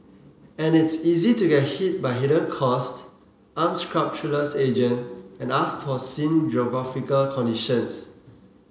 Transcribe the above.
and it's easy to get hit by hidden costs unscrupulous agent and unforeseen geographical conditions